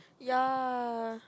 ya